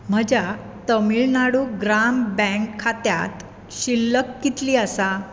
म्हज्या तमिळनाडू ग्राम बँक खात्यांत शिल्लक कितली आसा